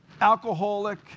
alcoholic